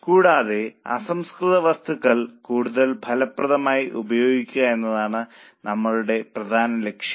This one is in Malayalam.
കൂടാതെ അസംസ്കൃത വസ്തുക്കൾ കൂടുതൽ ഫലപ്രദമായി ഉപയോഗിക്കുക എന്നതാണ് നമ്മളുടെ പ്രധാന ലക്ഷ്യം